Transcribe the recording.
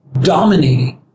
dominating